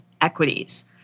equities